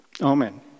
amen